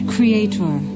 Creator